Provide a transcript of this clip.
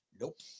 Nope